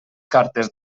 cartes